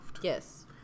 Yes